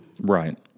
Right